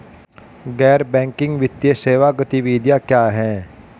गैर बैंकिंग वित्तीय सेवा गतिविधियाँ क्या हैं?